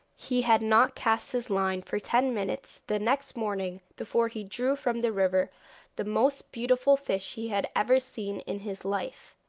he had not cast his line for ten minutes the next morning before he drew from the river the most beautiful fish he had ever seen in his life.